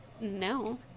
No